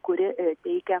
kuri teikia